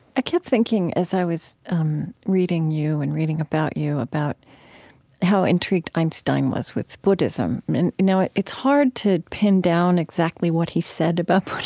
i kept thinking as i was um reading you and reading about you, about how intrigued einstein was with buddhism. and now it's hard to pin down exactly what he said about but